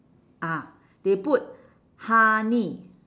ah they put honey